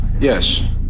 Yes